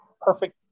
perfect